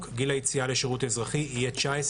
גיל היציאה לשירות אזרחי יהיה גיל 19,